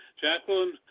Jacqueline